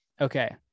Okay